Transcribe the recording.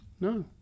No